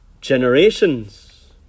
generations